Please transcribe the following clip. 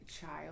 child